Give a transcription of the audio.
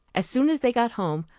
as soon as they got home,